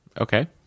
Okay